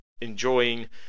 enjoying